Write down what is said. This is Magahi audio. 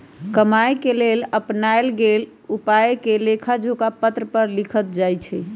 कमाए के लेल अपनाएल गेल उपायके लेखाजोखा पत्र पर लिखल जाइ छइ